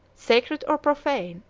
sacred or profane,